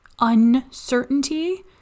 uncertainty